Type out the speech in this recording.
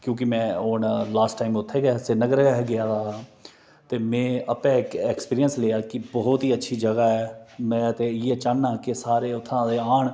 क्योंकि में हून लास्ट टाइम उत्थै गै श्रीनगर गेदा हा ते में आपें एक्सपीरियंस लेआ बहुत ही अच्छी जगह ऐ में ते इयै चाहन्नां सारे उत्थै औन